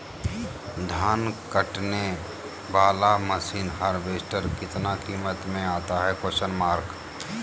धान कटने बाला मसीन हार्बेस्टार कितना किमत में आता है?